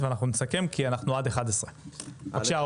תודה על האירוח.